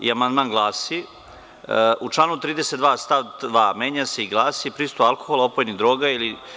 Amandman glasi – U članu 32. stav 2. menja se i glasi: „Prisustvo alkohola, opojnih droga ili